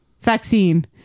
vaccine